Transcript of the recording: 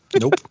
Nope